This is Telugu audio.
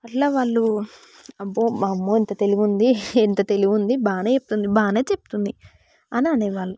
అట్లా వాళ్ళు అబ్బో మా అమ్మా ఇంత తెలివి ఉంది ఇంత తెలివి వుంది బాగా చెప్తుంది బాగా చెప్తుంది అని అనే వాళ్ళు